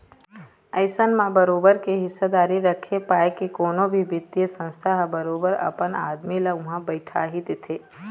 अइसन म बरोबर के हिस्सादारी रखे पाय के कोनो भी बित्तीय संस्था ह बरोबर अपन आदमी ल उहाँ बइठाही देथे